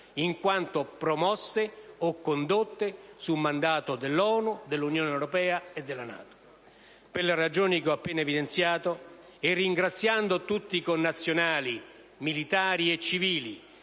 in quanto promosse o condotte su mandato dell'ONU, dell'Unione europea o della NATO. Per le ragioni che ho appena evidenziato e ringraziando tutti i connazionali, militari e civili,